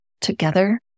together